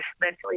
mentally